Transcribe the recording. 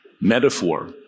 metaphor